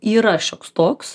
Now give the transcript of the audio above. yra šioks toks